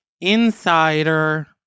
insider